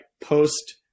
post